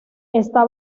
está